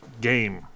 game